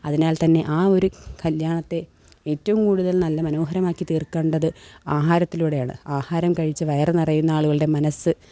അതിനാൽ തന്നെ ആ ഒരു കല്യാണത്തെ ഏറ്റോം കൂടുതൽ നല്ല മനോഹരമാക്കി തീർക്കേണ്ടത് ആഹാരത്തിലൂടെയാണ് ആഹാരം കഴിച്ച് വയറ് നിറയുന്നാളുകളുടെ മനസ്സ്